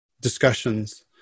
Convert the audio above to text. discussions